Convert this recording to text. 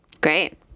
great